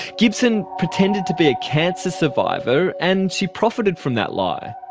gibson pretended to be a cancer survivor and she profited from that lie.